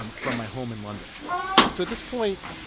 um from my home in london so at this point,